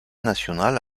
national